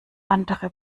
andere